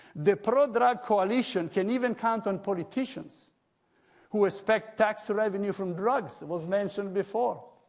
the pro-drug coalition can even count on politicians who expect tax revenue from drugs, it was mentioned before.